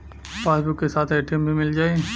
Passbook के साथ ATM भी मील जाई?